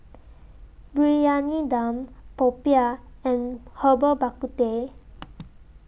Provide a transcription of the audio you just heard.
Briyani Dum Popiah and Herbal Bak KuTeh